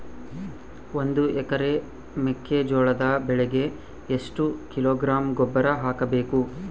ಒಂದು ಎಕರೆ ಮೆಕ್ಕೆಜೋಳದ ಬೆಳೆಗೆ ಎಷ್ಟು ಕಿಲೋಗ್ರಾಂ ಗೊಬ್ಬರ ಹಾಕಬೇಕು?